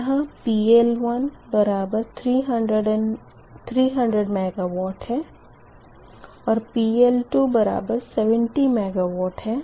यहाँ PL1 300 MW और PL2 70 MW है